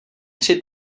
tři